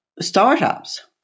startups